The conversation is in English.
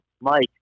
Mike